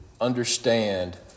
understand